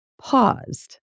paused